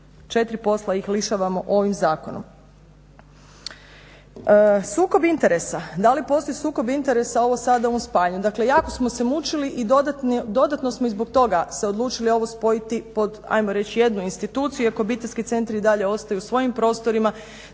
4 posla ih lišavamo ovim zakonom. Sukob interesa, da li postoji sukob interesa ovo sad u ovom spajanju. Dakle, jako smo se mučili i dodatno smo i zbog toga se odlučili ovo spojiti ajmo reć pod jednu instituciju iako obiteljski centri i dalje ostaju u svojim prostorima,